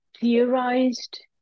theorized